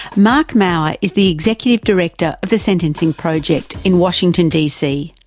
marc mauer is the executive director of the sentencing project in washington dc.